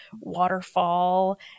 waterfall